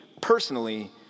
personally